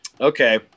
Okay